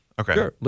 Okay